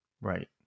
Right